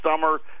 summer